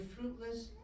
fruitless